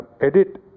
edit